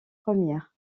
première